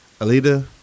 Alita